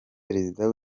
perezida